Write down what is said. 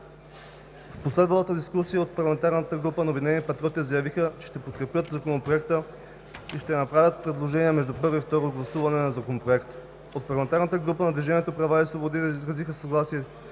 В последвалата дискусия от парламентарната група на „Обединени патриоти“ заявиха, че ще подкрепят Законопроекта и ще направят предложения между първо и второ гласуване на Законопроекта. От парламентарната група на „Движението за права и свободи“ изразиха съгласие